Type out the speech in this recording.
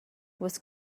was